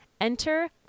Enter